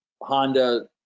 Honda